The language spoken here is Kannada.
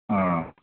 ಹೂಂ